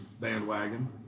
bandwagon